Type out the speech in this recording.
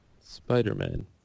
Spider-Man